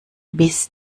bis